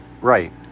Right